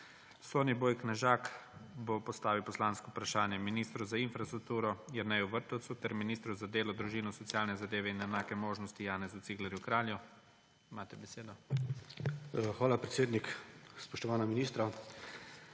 Soniboj Knežak bo postavil poslansko vprašanje ministru za infrastrukturo Jerneju Vrtovcu ter ministru za delo, družino, socialne zadeve in enake možnosti Janezu Ciglerju Kralju. Imate besedo. SONIBOJ KNEŽAK (PS SD): Hvala, predsednik. Spoštovana ministra,